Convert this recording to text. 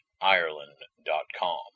Ireland.com